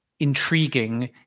intriguing